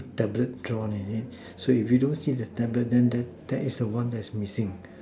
tablet drawn in it so if you don't see the tablet then that that is the one that is missing